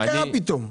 מה קרה פתאום?